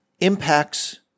impacts